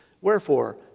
Wherefore